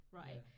right